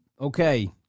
okay